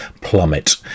plummet